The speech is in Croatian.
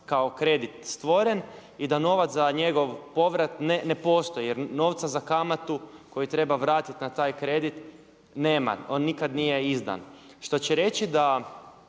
kao kredit stvoren i da novac za njegov povrat ne postoji, jer novca za kamatu koju treba vratiti na taj kredit nema, on nikada nije izdan. Što će reći da